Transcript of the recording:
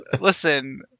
listen